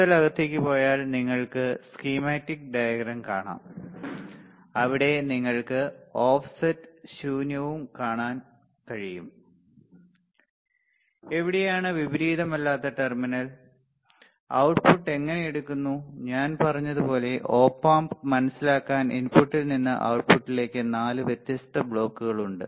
കൂടുതൽ അകത്തേക്ക് പോയാൽ നിങ്ങൾക്ക് സ്കീമാറ്റിക് ഡയഗ്രം കാണാം അവിടെ നിങ്ങൾക്ക് ഓഫ്സെറ്റും ശൂന്യവും കാണാൻ കഴിയും എവിടെയാണ് വിപരീതമല്ലാത്ത ടെർമിനൽ output എങ്ങനെ എടുക്കുന്നു ഞാൻ പറഞ്ഞതുപോലെ op amp മനസിലാക്കാൻ ഇൻപുട്ടിൽ നിന്ന് output ട്ട്പുട്ടിലേക്ക് 4 വ്യത്യസ്ത ബ്ലോക്കുകൾ ഉണ്ട്